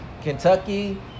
Kentucky